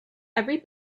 every